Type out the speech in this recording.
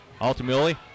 ultimately